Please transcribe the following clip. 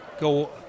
go